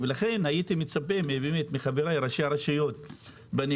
שלא צריך להיכנס ללב העיר והעיר בפנים